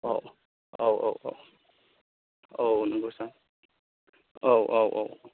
औ औ नंगौ सार औ औ